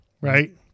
right